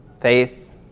faith